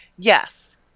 Yes